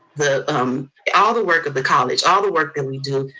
um all the work of the college, all the work that we do.